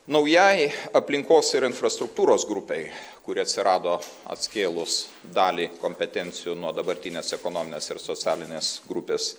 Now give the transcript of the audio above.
naujai aplinkos ir infrastruktūros grupei kuri atsirado atskėlus dalį kompetencijų nuo dabartinės ekonominės ir socialinės grupės